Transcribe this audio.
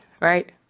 right